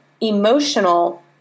emotional